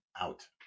out